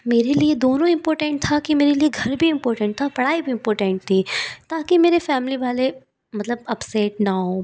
मेरे लिए दोनों इम्पोर्टेन्ट था की मेरे लिए घर भी इम्पोर्टेन्ट था पढ़ाई भी इम्पोर्टेन्ट थी ताकि मेरे फ़ैमिली वाले मतलब अपसेट ना हों